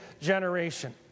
generation